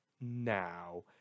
Now